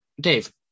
Dave